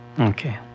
Okay